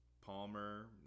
Palmer